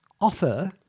offer